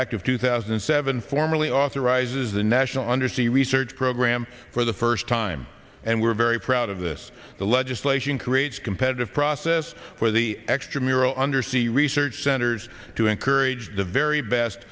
of two thousand and seven formally authorizes the national undersea research program for the first time and we're very proud of this the legislation creates competitive process where the extramural undersea research centers to encourage the very best